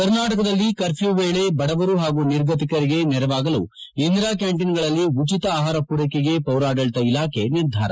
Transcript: ಕರ್ನಾಟಕದಲ್ಲಿ ಕರ್ಫ್ಯೂ ವೇಳೆ ಬಡವರು ಹಾಗೂ ನಿರ್ಗತಿಕರಿಗೆ ನೆರವಾಗಲು ಇಂದಿರಾ ಕ್ಯಾಂಟೀನ್ಗಳಲ್ಲಿ ಉಚಿತ ಆಹಾರ ಪೂರೈಕೆಗೆ ಪೌರಾಡಳಿತ ಇಲಾಖೆ ನಿರ್ಧಾರ